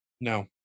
No